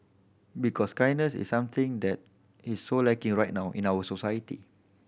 because kindness is something that is so lacking right now in our society